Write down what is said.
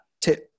tip